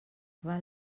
val